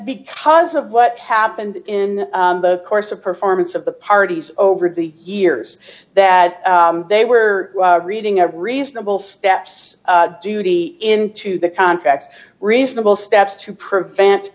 because of what happened in the course of performance of the parties over the years that they were reading a reasonable steps duty into the contract reasonable steps to prevent